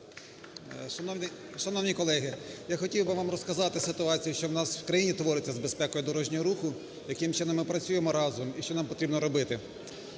Шановні колеги! Я хотів би вам розказати ситуацію, що у нас в країні твориться з безпекою дорожнього руху, яким чином ми працюємо разом і що нам потрібно робити.